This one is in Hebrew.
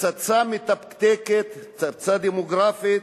כפצצה מתקתקת, פצצה דמוגרפית,